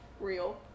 Real